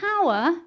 power